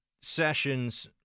Sessions